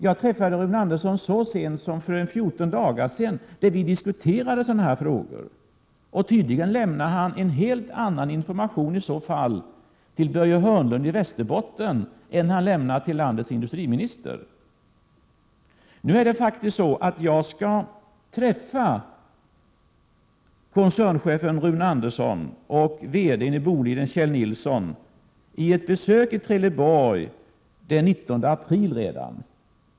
Jag träffade Rune Andersson så sent som för 14 dagar sedan, då vi diskuterade sådana här frågor. Tydligen lämnade han en helt annan information till Börje Hörnlund i Västerbotten än han lämnade till landets industriminister. Jag skall faktiskt träffa koncernchefen Rune Andersson och VD-n i Boliden Kjell Nilsson vid ett besök i Trelleborg redan den 19 april.